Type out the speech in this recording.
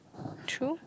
true